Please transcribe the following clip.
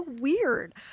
weird